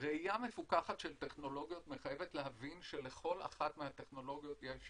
ראייה מפוקחת של טכנולוגיות מחייבת להבין שלכל אחת מהטכנולוגיות יש